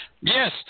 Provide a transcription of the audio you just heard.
Yes